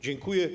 Dziękuję.